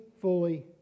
fully